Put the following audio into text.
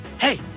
Hey